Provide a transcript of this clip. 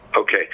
Okay